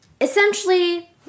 essentially